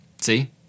See